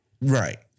Right